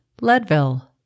Leadville